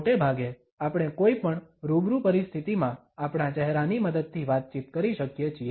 મોટેભાગે આપણે કોઈ પણ રૂબરૂ પરિસ્થિતિમાં આપણા ચહેરાની મદદથી વાતચીત કરી શકીએ છીએ